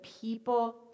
people